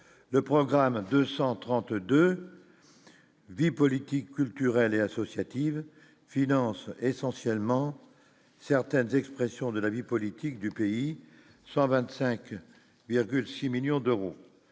le programme 232 vie politique culturelle et associative finance essentiellement certaines expressions de la vie politique du pays 125 il y a 6 millions d'euros,